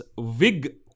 Vig